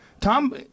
Tom